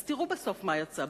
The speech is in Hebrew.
אז תראו בסוף מה יצא בחוק,